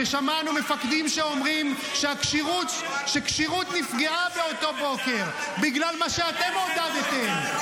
כששמענו מפקדים שאומרים שכשירות נפגעה באותו בוקר בגלל מה שאתם עודדתם.